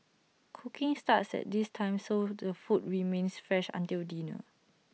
cooking starts at this time so the food remains fresh until dinner